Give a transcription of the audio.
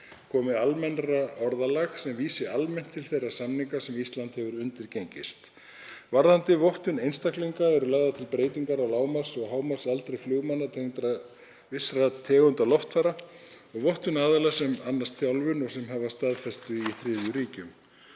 komi almennara orðalag sem vísi almennt til þeirra samninga sem Ísland hefur undirgengist. Varðandi vottun einstaklinga eru lagðar til breytingar á lágmarks- og hámarksaldri flugmanna vissra tegunda loftfara og vottun aðila sem annast þjálfun og hafa staðfestu í þriðju ríkjum.